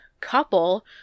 couple